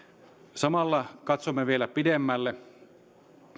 samalla katsomme vielä pidemmälle